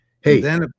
Hey